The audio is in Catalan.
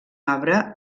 arbre